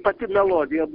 pati melodija